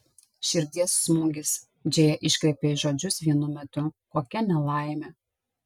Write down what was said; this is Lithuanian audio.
širdies smūgis džėja iškvėpė žodžius vienu metu kokia nelaimė